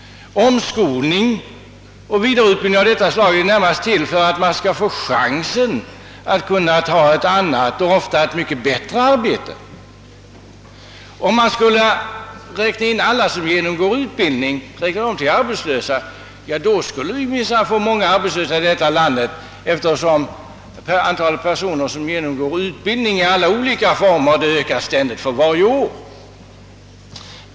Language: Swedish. Omskolning och vidareutbildning syftar ju till att ge människorna en chans att ta ett annat och ofta mycket bättre arbete. Om vi i de arbetslösas skara räknar in alla dem som genomgår utbildning, så får vi minsann många arbetslösa här i landet, ty antalet personer som genomgår utbildning av skilda slag ökar för varje år.